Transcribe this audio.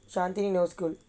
shanthini no school